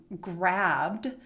grabbed